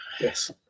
Yes